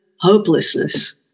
hopelessness